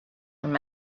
from